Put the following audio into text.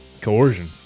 Coercion